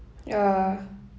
ya